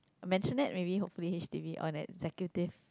maisonette maybe hopefully h_d_b or an executive